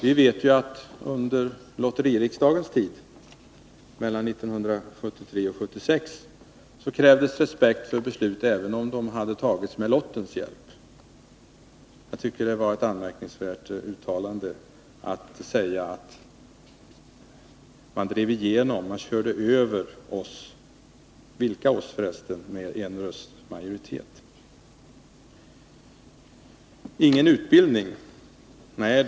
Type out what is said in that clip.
Vi vet att under lotteririksdagens tid, mellan 1973 och 1976, krävdes respekt för beslut även om de hade tagits med lottens hjälp. Jag tycker att det var ett anmärkningsvärt uttalande, när man sade att vi — vilka ”vi” för resten? — blev överkörda med en rösts övervikt. Ingen utbildning — nej.